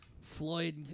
Floyd